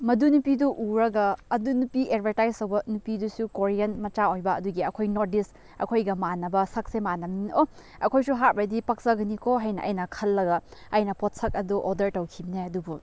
ꯃꯗꯨ ꯅꯨꯄꯤꯗꯨ ꯎꯔꯒ ꯑꯗꯨ ꯅꯨꯄꯤ ꯑꯦꯗꯚꯔꯇꯥꯏꯁ ꯇꯧꯕ ꯅꯨꯄꯤꯗꯨꯁꯨ ꯀꯣꯔꯤꯌꯥꯟ ꯃꯆꯥ ꯑꯣꯏꯕ ꯑꯗꯨꯒꯤ ꯑꯩꯈꯣꯏ ꯅꯣꯔꯠ ꯏꯁ ꯑꯩꯈꯣꯏꯒ ꯃꯥꯟꯅꯕ ꯁꯛꯁꯦ ꯃꯥꯟꯅꯕꯅꯤꯅ ꯑꯣ ꯑꯩꯈꯣꯏꯁꯨ ꯍꯥꯞꯂꯗꯤ ꯄꯛꯆꯒꯅꯤꯀꯣ ꯍꯥꯏꯅ ꯑꯩꯅ ꯈꯜꯂꯒ ꯑꯩꯅ ꯄꯣꯠꯁꯛ ꯑꯗꯣ ꯑꯣꯗꯔ ꯇꯧꯈꯤꯕꯅꯤ ꯑꯗꯨꯕꯨ